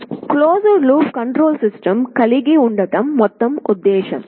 closed loop control system కలిగి ఉండటం మొత్తం ఉద్దేశ్యం